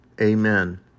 Amen